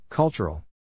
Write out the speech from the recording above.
Cultural